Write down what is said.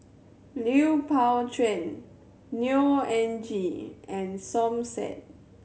Lui Pao Chuen Neo Anngee and Som Said